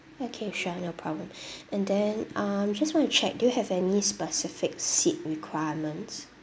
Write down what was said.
okay sure no problem and then um just want to check do you have any specific seat requirements